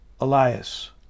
Elias